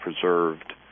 preserved